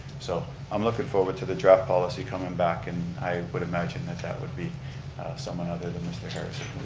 so i'm looking forward to the draft policy coming back and i would imagine that that would be someone other than mr. harrison